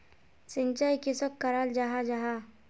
सिंचाई किसोक कराल जाहा जाहा?